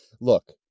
look